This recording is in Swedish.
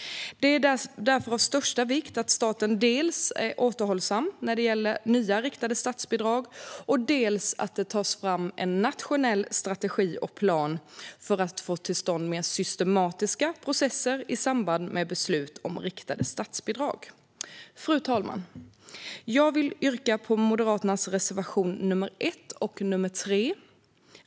Det är därför av största vikt att staten dels är återhållsam när det gäller nya riktade statsbidrag, dels att det tas fram en nationell strategi och plan för att få till stånd mer systematiska processer i samband med beslut om riktade statsbidrag. Fru talman! Jag vill yrka bifall till Moderaternas reservationer nr 1 och nr 3.